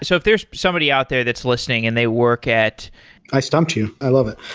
so if there's somebody out there that's listening and they work at i stumped you. i love it